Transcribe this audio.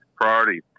priority